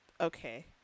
Okay